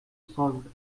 solved